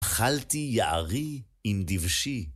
אכלתי יערי עם דבשי